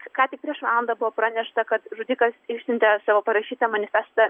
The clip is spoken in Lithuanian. ką tik prieš valandą buvo pranešta kad žudikas išsiuntė savo parašytą manifestą